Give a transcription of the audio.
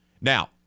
Now